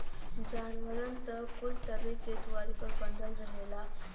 जानवरन त कुल सबे के दुआरी पर बँधल रहेला